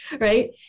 right